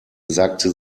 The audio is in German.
sagte